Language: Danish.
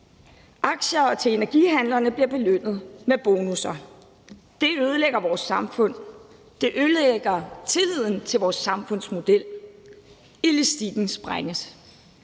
aktier og til energihandlerne bliver belønnet med bonusser. Det ødelægger vores samfund, og det ødelægger tilliden til vores samfundsmodel. Elastikken springer.